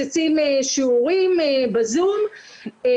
מפוצצים שיעורים בזום,